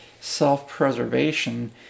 self-preservation